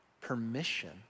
permission